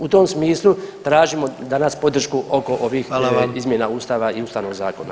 U tom smislu tražimo danas podršku oko ovih izmjena [[Upadica: Hvala vam.]] Ustava i ustavnog zakona.